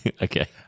Okay